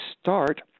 start